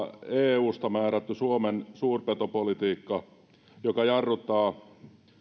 eusta määrätty suomen suurpetopolitiikka joka jarruttaa